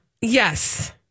Yes